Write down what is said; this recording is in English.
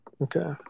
Okay